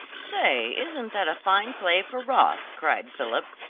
say, isn't that a fine play for roth, cried philip,